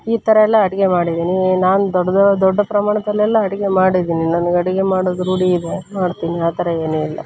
ಈ ಥರಯೆಲ್ಲ ಅಡುಗೆ ಮಾಡಿದ್ದೀನಿ ನಾನು ದೊ ದೊಡ್ಡ ಪ್ರಮಾಣದಲ್ಲೆಲ್ಲ ಅಡುಗೆ ಮಾಡಿದ್ದೀನಿ ನನ್ಗೆ ಅಡುಗೆ ಮಾಡೋದು ರೂಢಿ ಇದೆ ಮಾಡ್ತೀನಿ ಆ ಥರ ಏನೂ ಇಲ್ಲ